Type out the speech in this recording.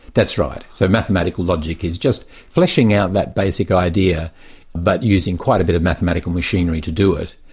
that's right. so mathematical logic is just fleshing out that basic idea but using quite a bit of mathematical machinery to do it.